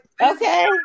okay